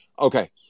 Okay